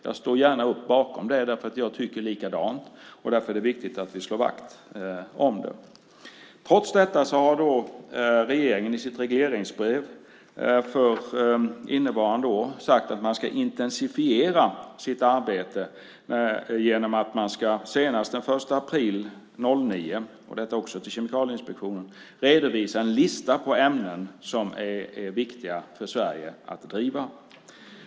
Jag står gärna bakom det, därför att jag tycker likadant. Det är viktigt att vi slår vakt om det. Trots detta har regeringen i sitt regleringsbrev för innevarande år sagt att man ska intensifiera sitt arbete och att Kemikalieinspektionen senast den 1 april 2009 ska redovisa en lista på ämnen som är viktiga för Sverige att driva.